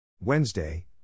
Wednesday